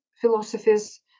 philosophies